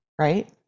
right